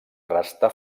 restà